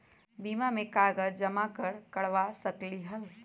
बीमा में कागज जमाकर करवा सकलीहल?